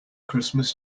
christmas